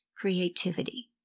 creativity